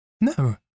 No